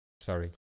sorry